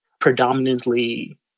predominantly